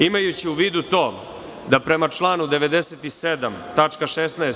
Imajući u vidu to da prema članu 97. tačka 16.